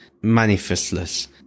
manifestless